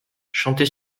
chantez